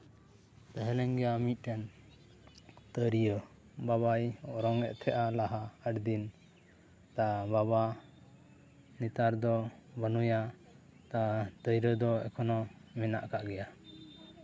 ᱛᱟᱦᱮᱸ ᱞᱮᱱ ᱜᱮᱭᱟ ᱢᱤᱫᱴᱮᱱ ᱛᱤᱨᱭᱟᱹ ᱵᱟᱵᱟᱭ ᱚᱨᱚᱝ ᱮᱫ ᱛᱟᱦᱮᱸᱜᱼᱟ ᱞᱟᱦᱟ ᱟᱹᱰᱤ ᱫᱤᱱ ᱵᱟᱵᱟ ᱱᱮᱛᱟᱨ ᱫᱚ ᱵᱟᱹᱱᱩᱭᱟ ᱛᱤᱨᱭᱨᱟᱹ ᱫᱚ ᱮᱠᱷᱚᱱᱳ ᱢᱮᱱᱟᱜ ᱠᱟᱜ ᱜᱮᱭᱟ